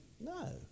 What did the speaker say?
No